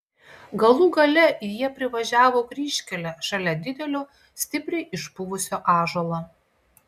galų gale jie privažiavo kryžkelę šalia didelio stipriai išpuvusio ąžuolo